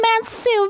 Massive